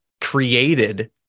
created